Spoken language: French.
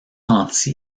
anti